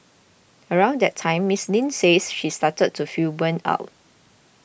around that time Miss Lin says she started to feel burnt out